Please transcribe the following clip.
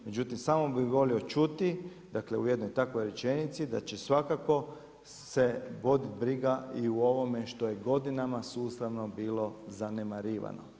Međutim, samo bih volio čuti, dakle u jednoj takvoj rečenici da će svakako se vodit briga i u ovome što je godinama sustavno bilo zanemarivano.